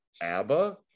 ABBA